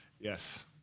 yes